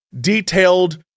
detailed